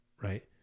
Right